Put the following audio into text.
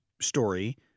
story